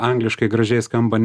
angliškai gražiai skamba